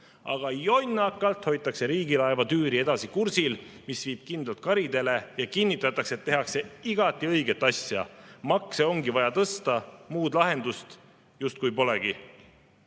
Aga jonnakalt hoitakse riigilaeva tüüri edasi kursil, mis viib kindlalt karidele, ja kinnitatakse, et tehakse igati õiget asja. Makse ongi vaja tõsta, muud lahendust justkui polegi. Aga